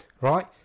right